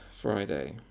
Friday